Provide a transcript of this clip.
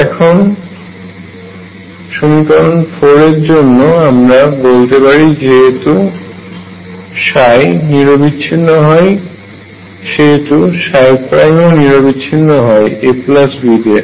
এখন সমীকরণ 4 এর জন্য আমরা বলতে পারি যেহেতু নিরবিচ্ছিন্ন হয় সেহেতু ψ ও নিরবিচ্ছিন্ন হয় ab তে